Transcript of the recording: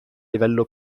livello